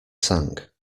sank